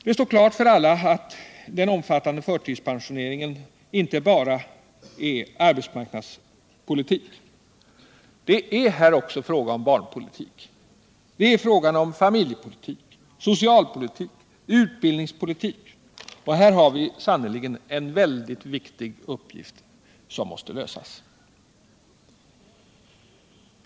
Det står klart för alla att den omfattande förtidspensioneringen inte bara är arbetsmarknadspolitik. Det är här också fråga om barnpolitik, det är fråga om familjepolitik, socialpolitik och utbildningspolitik. Här har vi sannerligen en väldigt viktig uppgift som måste lösas.